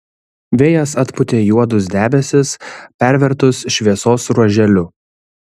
vėjas atpūtė juodus debesis pervertus šviesos ruoželiu